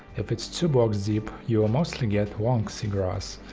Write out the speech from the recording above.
if it's two blocks deep you will mostly get long seagrass.